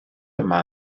yma